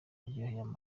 aryohera